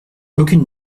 aucune